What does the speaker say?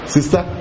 Sister